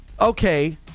okay